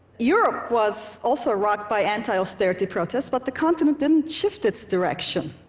europe was also rocked by anti-austerity protests, but the continent didn't shift its direction.